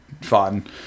fun